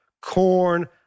corn